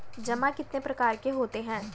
जमा कितने प्रकार के होते हैं?